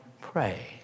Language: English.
pray